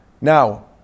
Now